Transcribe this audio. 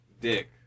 dick